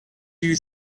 you